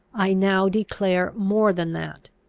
i now declare more than that,